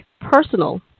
personal